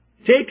Take